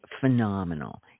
phenomenal